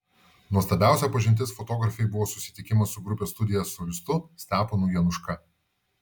nuostabiausia pažintis fotografei buvo susitikimas su grupės studija solistu steponu januška